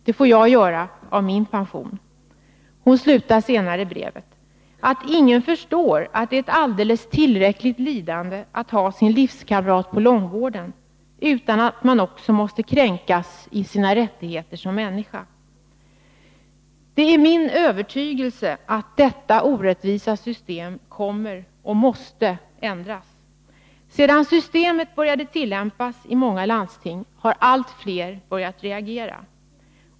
Det får jag göra av min pension.” Hon slutar senare brevet: ”Att ingen förstår att det är ett alldeles tillräckligt lidande att ha sin livskamrat på långvården utan att man också måste kränkas i sina rättigheter som människa.” Det är min övertygelse att detta orättvisa system kommer att ändras och måste ändras. Sedan systemet började tillämpas i många landsting har allt fler börjat reagera.